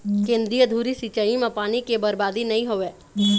केंद्रीय धुरी सिंचई म पानी के बरबादी नइ होवय